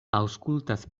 aŭskultas